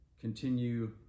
continue